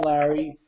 Larry